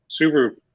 Subaru